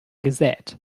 gesät